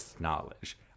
knowledge